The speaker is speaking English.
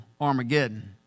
Armageddon